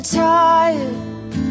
tired